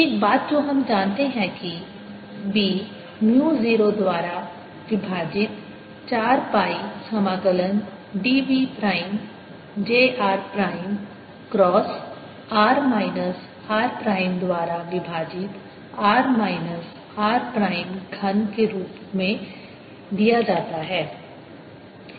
एक बात जो हम जानते हैं कि B म्यू 0 द्वारा विभाजित 4 पाई समाकलन dv prime j r prime cross r minus r prime द्वारा विभाजित r माइनस r प्राइम घन के रूप में के रूप में दिया जाता है